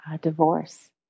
divorce